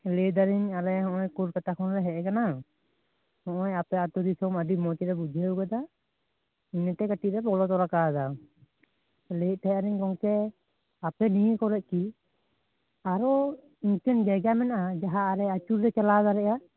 ᱞᱟᱹᱭ ᱫᱟᱞᱤᱧ ᱟᱞᱮ ᱦᱚᱜᱼᱚᱭ ᱠᱳᱞᱠᱟᱛᱟ ᱠᱷᱚᱱᱞᱮ ᱦᱮᱡ ᱟᱠᱟᱱᱟ ᱦᱚᱜᱼᱚᱭ ᱟᱯᱮ ᱟᱹᱛᱩ ᱫᱤᱥᱚᱢ ᱟᱹᱰᱤ ᱢᱚᱡᱽᱞᱮ ᱵᱩᱡᱷᱟᱹᱣ ᱟᱠᱟᱫᱟ ᱤᱱᱟᱹᱛᱮ ᱠᱟᱴᱤᱡᱞᱮ ᱵᱚᱞᱚ ᱛᱚᱨᱟ ᱠᱟᱣᱫᱟ ᱞᱟᱹᱭᱮᱫ ᱛᱟᱦᱮᱸᱱᱟᱞᱤᱧ ᱜᱚᱝᱠᱮ ᱟᱯᱮ ᱱᱤᱭᱟᱹ ᱠᱚᱨᱮ ᱠᱤ ᱟᱨᱚ ᱤᱱᱠᱟᱹᱱ ᱡᱟᱭᱜᱟ ᱢᱮᱱᱟᱜᱼᱟ ᱡᱟᱦᱟᱸ ᱟᱞᱮ ᱟᱪᱩᱨᱞᱮ ᱪᱟᱞᱟᱣ ᱫᱟᱲᱮᱭᱟᱜᱼᱟ